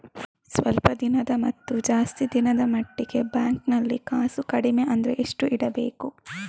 ಸ್ವಲ್ಪ ದಿನದ ಮತ್ತು ಜಾಸ್ತಿ ದಿನದ ಮಟ್ಟಿಗೆ ಬ್ಯಾಂಕ್ ನಲ್ಲಿ ಕಾಸು ಕಡಿಮೆ ಅಂದ್ರೆ ಎಷ್ಟು ಇಡಬೇಕು?